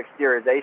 exteriorization